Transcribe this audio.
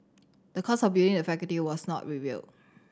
the cost of building the faculty was not revealed